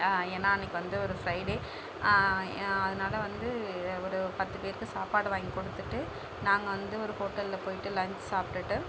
ஏன்னா அன்னைக்கு வந்து ஒரு ஃப்ரைடே அதனால வந்து ஒரு பத்து பேருக்கு சாப்பாடு வாங்கி கொடுத்துட்டு நாங்கள் வந்து ஒரு ஹோட்டல்ல போய்ட்டு லஞ்ச் சாப்பிடுட்டு